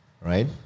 right